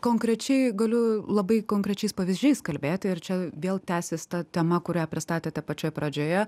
konkrečiai galiu labai konkrečiais pavyzdžiais kalbėti ir čia vėl tęsis ta tema kurią pristatėte pačioj pradžioje